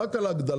רק על ההגדלה,